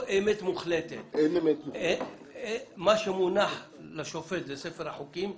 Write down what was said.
מה שמונח בפני השופט זה ספר החוקים,